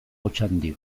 otxandio